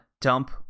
Dump